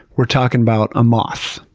we're talking about a moth.